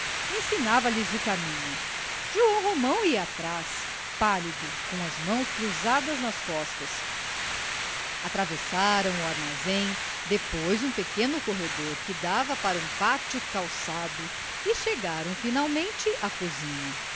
ensinava lhes o caminho joão romão ia atrás pálido com as mãos cruzadas nas costas atravessaram o armazém depois um pequeno corredor que dava para um pátio calçado chegaram finalmente à cozinha